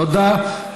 תודה.